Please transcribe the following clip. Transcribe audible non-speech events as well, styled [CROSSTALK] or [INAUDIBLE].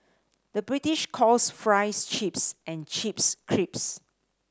the British calls fries chips and chips [UNINTELLIGIBLE]